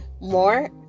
more